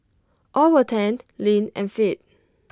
all were tanned lean and fit